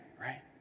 Right